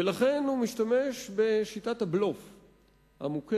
ולכן הוא משתמש בשיטת הבלוף המוכרת.